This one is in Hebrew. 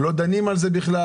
לא דנים על זה בכלל.